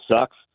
sucks